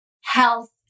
health